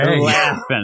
Laughing